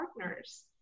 partners